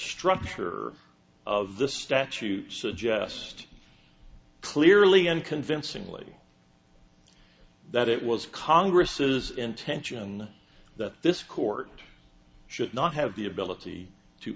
structure of this statute suggest clearly and convincingly that it was congress's intention that this court should not have the ability to